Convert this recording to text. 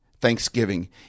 Thanksgiving